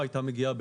שהיו מגיעות